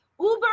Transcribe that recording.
Uber